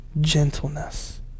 gentleness